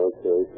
Okay